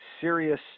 serious